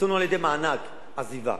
ברצונו על-ידי מענק עזיבה.